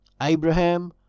Abraham